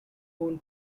own